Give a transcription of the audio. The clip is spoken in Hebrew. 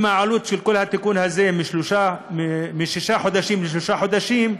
העלות של כל התיקון הזה משישה חודשים לשלושה חודשים,